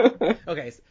Okay